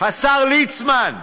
השר ליצמן,